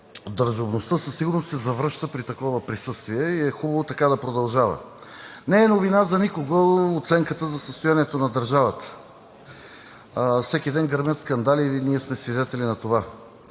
Държавността със сигурност се завръща при такова присъствие и е хубаво така да продължава. Не е новина за никого оценката за състоянието на държавата – всеки ден гърмят скандали или ние сме свидетели на това.